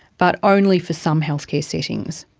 but only for some healthcare settings.